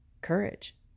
courage